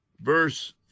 Verse